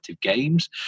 games